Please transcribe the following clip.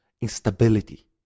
instability